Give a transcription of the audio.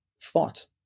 thought